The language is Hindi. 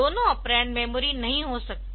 दोनों ऑपरेंड मेमोरी नहीं हो सकते